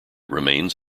remains